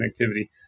connectivity